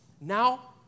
now